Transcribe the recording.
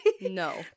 No